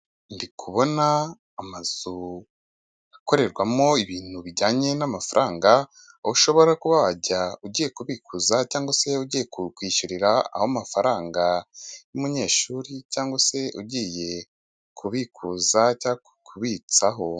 Ndi kubona amazu akorerwamo ibintu bijyanye n'amafaranga aho ushobora kuba wajya ugiye kubikuza cyangwa se ugiye kwishyuriraho amafaranga y'umunyeshuri cyangwa se ugiye kubikuza cyangwa kubitsaho.